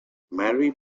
mary